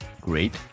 great